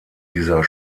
dieser